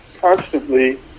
constantly